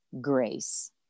grace